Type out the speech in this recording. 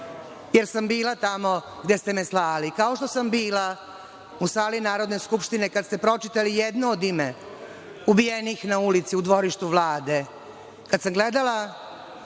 jer sam bila tamo gde ste me slali, kao što sam bila u sali Narodne skupštine kada ste pročitali jedno ime ubijenih na ulici, u dvorištu Vlade, kada sam gledala